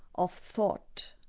of thought,